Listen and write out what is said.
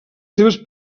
seves